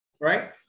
right